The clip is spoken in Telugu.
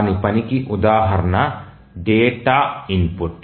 దాని పనికి ఉదాహరణ డేటా ఇన్పుట్